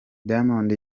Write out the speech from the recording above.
diamond